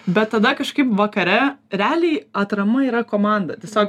bet tada kažkaip vakare realiai atrama yra komanda tiesiog